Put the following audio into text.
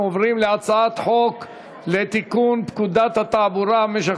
אנחנו עוברים להצעת חוק לתיקון פקודת התעבורה (משך